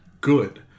good